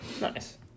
Nice